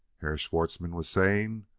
herr schwartzmann was saying.